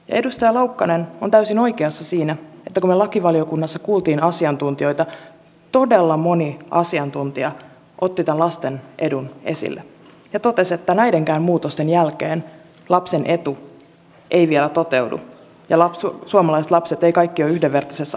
edustaja laukkanen on täysin oikeassa siinä että kun me lakivaliokunnassa kuulimme asiantuntijoita todella moni asiantuntija otti tämän lasten edun esille ja totesi että näidenkään muutosten jälkeen lapsen etu ei vielä toteudu ja suomalaiset lapset eivät ole kaikki yhdenvertaisessa asemassa